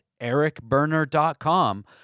ericburner.com